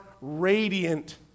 radiant